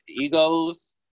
egos